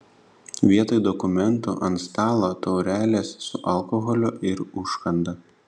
vietoj dokumentų ant stalo taurelės su alkoholiu ir užkanda